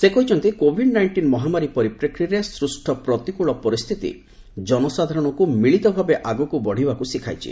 ସେ କହିଛନ୍ତି Covid nineteen ମହାମାରୀ ପରିପ୍ରେକ୍ଷୀରେ ସୃଷ୍ଟ ପ୍ରତିକୂଳ ପରିସ୍ଥିତି କନସାଧାରଣଙ୍କୁ ମିଳିତ ଭାବେ ଆଗକୁ ବଢ଼ିବାକୁ ସିଖାଇଛି